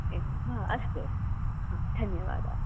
एवं वा अस्तु अस्तु धन्यवादाः